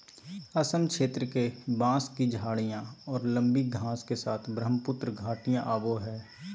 असम क्षेत्र के, बांस की झाडियाँ और लंबी घास के साथ ब्रहमपुत्र घाटियाँ आवो हइ